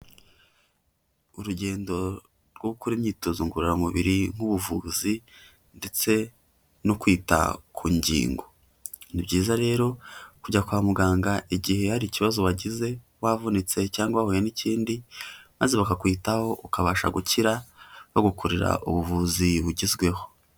Urugendo rwo gukora imyitozo ngororamubiri nk'ubuvuzi ndetse no kwita ku ngingo, Ni byiza rero kujya kwa muganga, igihe hari ikibazo wagize wavunitse cyangwa wahuye n'ikindi maze bakakwitaho, ukabasha gukira, bagukorera ubuvuzi bugezweho.